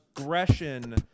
aggression